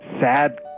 Sad